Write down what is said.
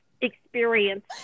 experience